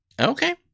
okay